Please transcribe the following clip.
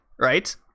right